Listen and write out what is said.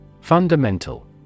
Fundamental